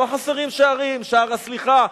לא חסרים שערים: שער הסליחה,